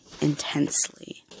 intensely